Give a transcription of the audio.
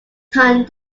ton